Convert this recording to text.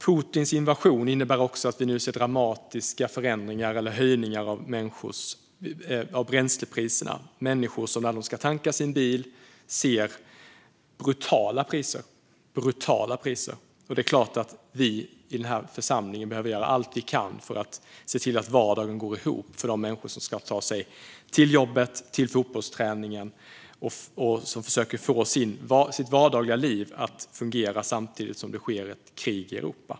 Putins invasion innebär också att vi nu ser dramatiska höjningar av bränslepriserna. Människor ser brutala priser när de ska tanka sin bil. Det är klart att vi i denna församling behöver göra allt vi kan för att se till att vardagen går ihop för de människor som ska ta sig till jobbet och till fotbollsträningen och som försöker få sitt vardagliga liv att fungera samtidigt som det är krig i Europa.